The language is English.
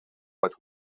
but